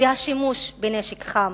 והשימוש בנשק חם,